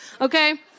okay